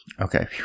Okay